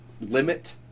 limit